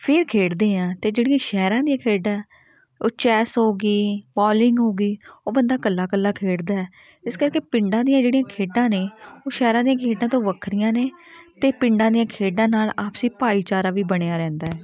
ਫਿਰ ਖੇਡਦੇ ਹਾਂ ਅਤੇ ਜਿਹੜੀਆਂ ਸ਼ਹਿਰਾਂ ਦੀਆਂ ਖੇਡਾਂ ਉਹ ਚੈੱਸ ਹੋ ਗਈ ਪੋਲਿੰਗ ਹੋ ਗਈ ਉਹ ਬੰਦਾ ਇਕੱਲਾ ਇਕੱਲਾ ਖੇਡਦਾ ਹੈ ਇਸ ਕਰਕੇ ਪਿੰਡਾਂ ਦੀਆਂ ਜਿਹੜੀਆਂ ਖੇਡਾਂ ਨੇ ਉਹ ਸ਼ਹਿਰਾਂ ਦੀਆਂ ਖੇਡਾਂ ਤੋਂ ਵੱਖਰੀਆਂ ਨੇ ਅਤੇ ਪਿੰਡਾਂ ਦੀਆਂ ਖੇਡਾਂ ਨਾਲ ਆਪਸੀ ਭਾਈਚਾਰਾ ਵੀ ਬਣਿਆ ਰਹਿੰਦਾ ਹੈ